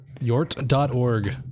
Yort.org